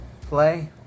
play